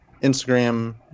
Instagram